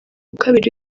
kabiri